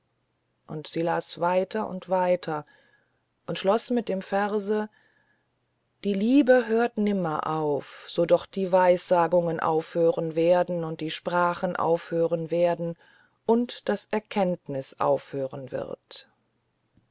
und sie las weiter und weiter und schloß mit dem verse die liebe hört nimmer auf so doch die weissagungen aufhören werden und die sprachen aufhören werden und das erkenntnis aufhören wird